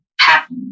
happy